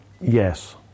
Yes